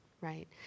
right